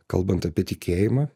kalbant apie tikėjimą